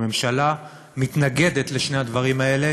הממשלה מתנגדת לשני הדברים האלה,